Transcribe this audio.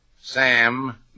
Sam